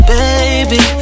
baby